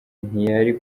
ntiyari